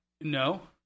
No